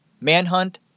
Manhunt